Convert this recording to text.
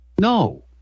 No